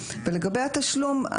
לגבי התשלום,